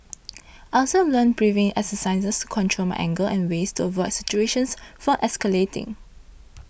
I also learnt breathing exercises to control my anger and ways to avoid situations for escalating